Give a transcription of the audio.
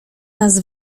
nas